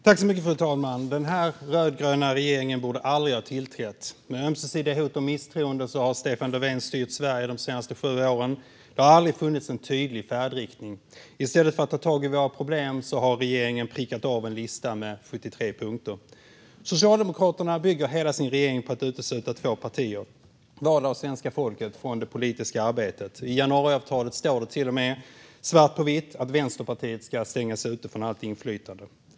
Fru talman! Den här rödgröna regeringen borde aldrig ha tillträtt. Med ömsesidiga hot om misstroende har Stefan Löfven styrt Sverige de senaste sju åren. Det har aldrig funnits en tydlig färdriktning. I stället för att tag i våra problem har regeringen prickat av en lista med 73 punkter. Socialdemokraterna bygger hela sin regering på att utesluta två partier, valda av svenska folket, från det politiska arbetet. I januariavtalet står det till och med svart på vitt att Vänsterpartiet ska stängas ute från allt inflytande.